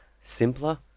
simpler